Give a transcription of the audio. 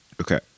okay